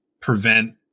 prevent